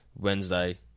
Wednesday